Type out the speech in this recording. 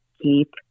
keep